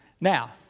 Now